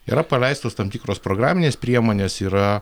yra paleistos tam tikros programinės priemonės yra